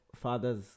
fathers